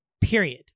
period